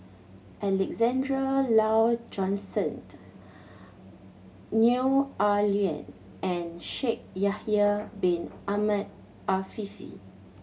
Alexander Laurie Johnston Neo Ah Luan and Shaikh Yahya Bin Ahmed Afifi